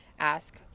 ask